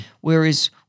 Whereas